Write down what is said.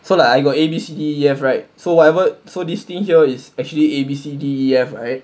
so like I got A B C D E F right so whatever so this thing here is actually A B C D E F right